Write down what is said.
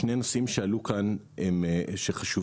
שני נושאים שעלו כאן הם חשובים.